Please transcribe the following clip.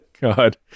God